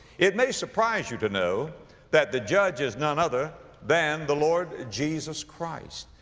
it may surprise you to know that the judge is none other than the lord jesus christ.